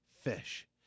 fish